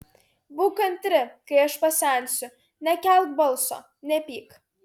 būk kantri kai aš pasensiu nekelk balso nepyk